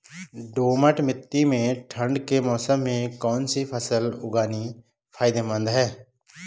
दोमट्ट मिट्टी में ठंड के मौसम में कौन सी फसल उगानी फायदेमंद है?